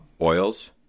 oils